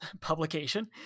publication